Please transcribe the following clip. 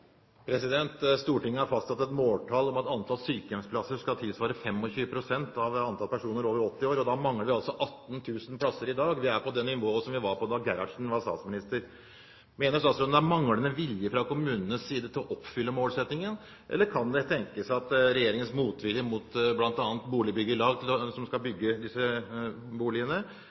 oppfølgingsspørsmål. Stortinget har fastsatt et måltall om at antall sykehjemsplasser skal tilsvare 25 pst. av antallet personer over 80 år. Da mangler vi altså 18 000 plasser i dag. Vi er på det nivået som vi var på da Gerhardsen var statsminister. Mener statsråden det er manglende vilje fra kommunenes side til å oppfylle målsettingen, eller kan det tenkes at det er regjeringens motvilje bl.a. mot at boligbyggelag skal bygge disse boligene,